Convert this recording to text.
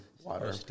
Water